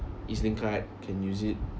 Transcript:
E_Z link card can use it